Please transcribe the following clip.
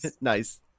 Nice